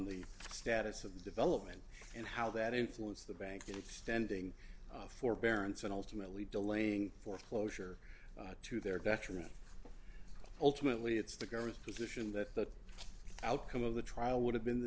the status of the development and how that influenced the bank extending forbearance and ultimately delaying foreclosure to their detriment ultimately it's the government's position that the outcome of the trial would have been the